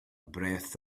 breath